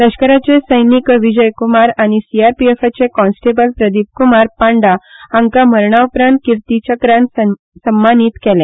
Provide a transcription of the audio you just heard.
लश्कराचे सैनीक विजय क्रमार आनी सीआरपीएचे कॉन्स्टेबल प्रदीप कुमार पांडा हांकां मरणा उपरांत किर्त चक्रान भोवमानीत सन्मानीत केले